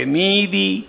nidi